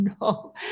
no